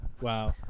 Wow